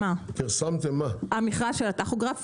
יש מכרז של הטכוגרף